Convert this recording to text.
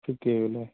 പിക്ക് ചെയ്യുമല്ലേ